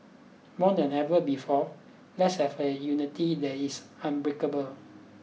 more than ever before let's have a unity that is unbreakable